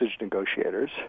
negotiators